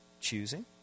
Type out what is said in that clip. choosing